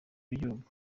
w’igihugu